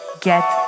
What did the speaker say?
Get